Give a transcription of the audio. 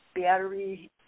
battery